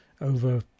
over